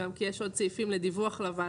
גם כי יש עוד סעיפים של דיווח לוועדה,